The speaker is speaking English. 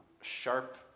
sharp